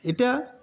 এটা